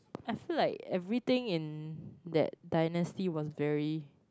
I feel like everything in that dynasty was very